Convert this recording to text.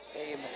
Amen